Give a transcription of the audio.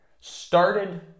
started